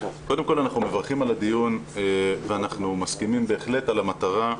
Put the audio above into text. קודם כל אנחנו מברכים על הדיון ואנחנו מסכימים בהחלט על המטרה,